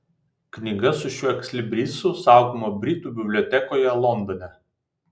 knyga su šiuo ekslibrisu saugoma britų bibliotekoje londone